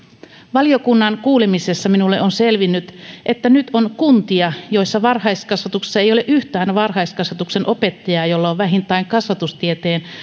valiokunnan kuulemisessa minulle on selvinnyt että nyt on kuntia joissa varhaiskasvatuksessa ei ole yhtään varhaiskasvatuksen opettajaa jolla on vähintään kasvatustieteen